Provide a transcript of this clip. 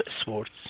sports